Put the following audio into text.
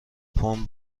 پوند